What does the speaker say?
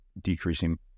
decreasing